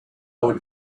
would